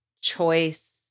choice